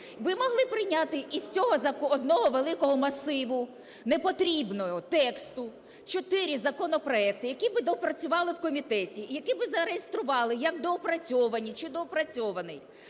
ви могли прийняти із цього одного великого масиву непотрібного тексту чотири законопроекти, які би доопрацювали в комітеті і які би зареєстрували як доопрацьовані чи доопрацьований.